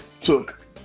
took